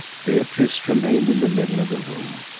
beatrice remained in the middle of the room,